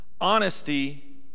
honesty